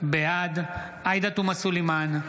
בעד עאידה תומא סלימאן,